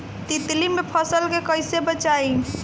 तितली से फसल के कइसे बचाई?